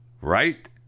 right